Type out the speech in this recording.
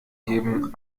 geben